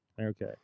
Okay